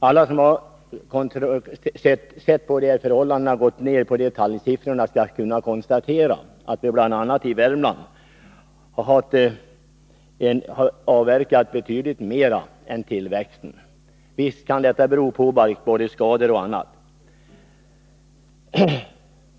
Alla som har sett på förhållandena och gått ner till detaljsiffrorna kan konstatera att man bl.a. i Värmland avverkat betydligt mer än tillväxten medger. Detta kan naturligtvis bero på barkborreskador och annat.